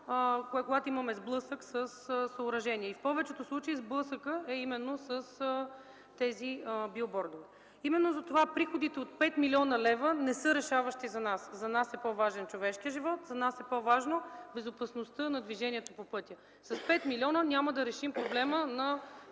когато имаме сблъсък със съоръжение. В повечето случаи сблъсъкът е именно с тези билбордове. Именно затова приходите от 5 млн. лв. не са решаващи за нас. За нас е по-важен човешкият живот, за нас е по-важна безопасността на движението по пътя. С 5 милиона няма да решим проблема на